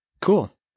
Cool